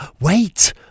Wait